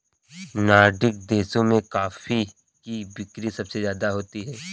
Nordic देशों में coffee की बिक्री सबसे ज्यादा होती है